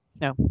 no